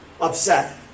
upset